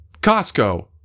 Costco